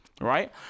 Right